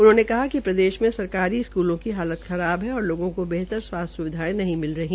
उन्होंने कहा कि प्रदेश मे सरकारी स्कूलों की हालत खराब है और लोगों को बेहतर स्वास्थ्य सेचायें नहीं मिल रही